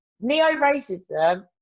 Neo-racism